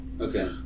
Okay